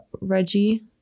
reggie